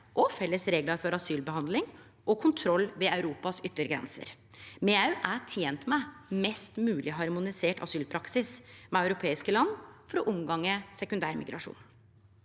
og felles reglar for asylbehandling og kontroll ved Europas yttergrenser. Me er òg tente med ein mest mogleg harmonisert asylpraksis med europeiske land for å unngå sekundærmigrasjon.